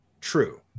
True